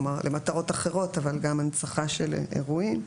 כלומר למטרות אחרות אבל גם הנצחה של אירועים,